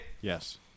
Yes